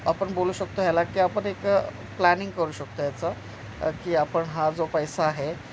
आपण बोलू शकतो ह्याला की आपण एक प्लॅनिंग करू शकतो याचा की आपण हा जो पैसा आहे